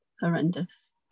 horrendous